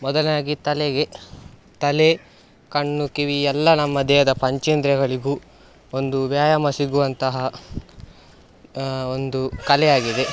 ಮೊದಲಾಗಿ ತಲೆಗೆ ತಲೆ ಕಣ್ಣು ಕಿವಿ ಎಲ್ಲ ನಮ್ಮ ದೇಹದ ಪಂಚೇಂದ್ರಿಯಗಳಿಗೂ ಒಂದು ವ್ಯಾಯಾಮ ಸಿಗುವಂತಹ ಒಂದು ಕಲೆ ಆಗಿದೆ